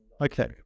Okay